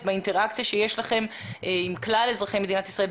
ובאינטראקציה שיש לכם עם כלל אזרחי מדינת ישראל,